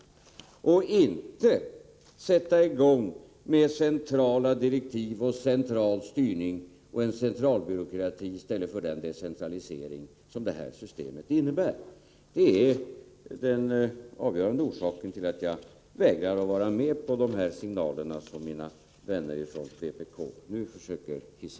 Vi skall inte sätta i gång med centrala direktiv och central styrning, inte skapa en centralbyråkrati i stället för den decentralisering som det nuvarande systemet innebär. Det är den avgörande orsaken till att jag vägrar handla enligt de signaler som mina vänner från vpk nu försöker hissa.